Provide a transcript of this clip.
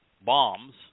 bombs